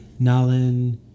Nalan